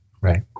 Right